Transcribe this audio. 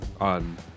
on